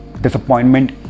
disappointment